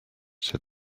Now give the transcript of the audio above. said